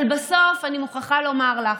אבל בסוף, אני מוכרחה לומר לך,